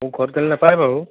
মোক ঘৰত গালি নাপাৰে বাৰু